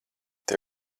tev